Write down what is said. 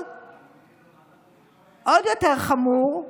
עוד יותר חמור,